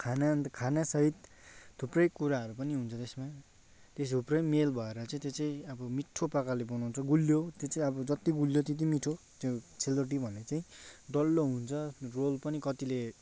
खाना अन्त खानासहित थुप्रै कुराहरू पनि हुन्छ त्यसमा त्यो थुप्रै मेल भएर चाहिँ त्यो चाहिँ अब मिठो प्रकारले बनाउँछ गुलियो त्यो चाहिँ अब जति गुलियो त्यति मिठो त्यो सेलरोटी भन्ने चाहिँ डल्लो हुन्छ रोल पनि कतिले